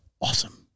awesome